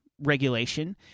regulation